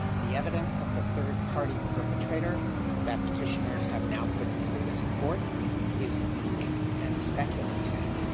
the evidence of the third-party perpetrator that petitioners have now put before this court is weak and speculative.